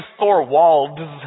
Thorwalds